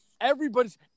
Everybody's